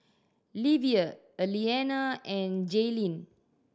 Livia Elliana and Jaelyn